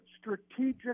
strategic